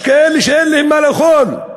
יש כאלה שאין להם מה לאכול,